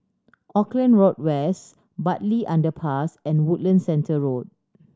Auckland Road West Bartley Underpass and Woodlands Centre Road